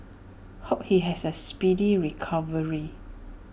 hope he has A speedy recovery